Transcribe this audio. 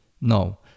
No